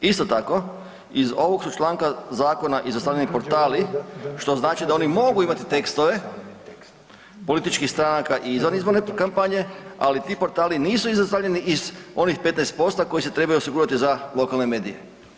Isto tako, iz ovog su članka zakona izostavljeni portali što znači da oni mogu imati tekstove političkih stranaka i izvan izborne kampanje, ali ti portali nisu izostavljeni iz onih 15% koji se trebaju osigurati za lokalne medije.